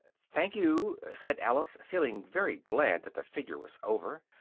thank you, said alice, feeling very glad that the figure was over.